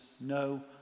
No